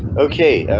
okay,